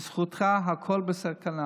בזכותך הכול בסכנה